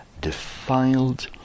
defiled